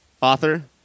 Author